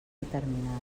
determinada